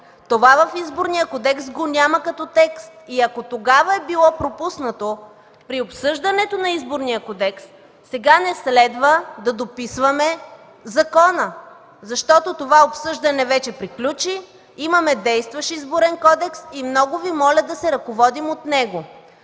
Това в Изборния кодекс го няма като текст и ако тогава е било пропуснато – при обсъждането на Изборния кодекс, сега не следва да дописваме закона. Това обсъждане вече приключи, имаме действащ Изборен кодекс и много Ви моля, да се ръководим от него.